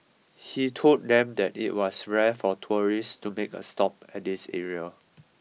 he told them that it was rare for tourists to make a stop at this area